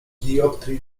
dioptrii